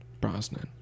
Brosnan